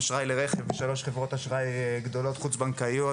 האשראי לרכב בשלוש חברות האשראי הגדולות חוץ בנקאיות